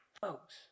Folks